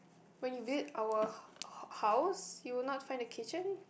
when you visit our ha~ hou~ house you will not find the kitchen